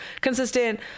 consistent